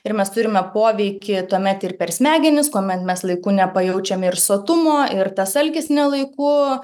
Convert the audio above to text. ir mes turime poveikį tuomet ir per smegenis kuomet mes laiku nepajaučiame ir sotumo ir tas alkis ne laiku